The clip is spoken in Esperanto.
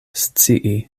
scii